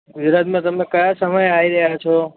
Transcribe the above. ગુજરાતમાં તમે કયા સમય આવી રહ્યા છો